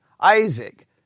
Isaac